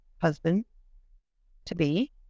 husband-to-be